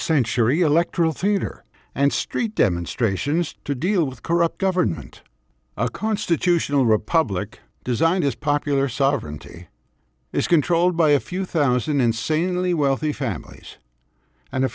century electoral theater and street demonstrations to deal with corrupt government a constitutional republic designed is popular sovereignty is controlled by a few thousand insanely wealthy families and a